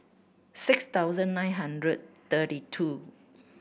six thousand nine hundred thirty two